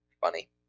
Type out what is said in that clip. Funny